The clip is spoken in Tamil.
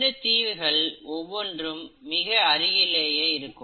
இந்த தீவுகள் ஒவ்வொன்றும் மிக அருகிலேயே இருக்கும்